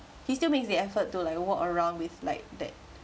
he still makes the effort to like walk around with like that